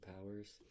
powers